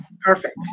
Perfect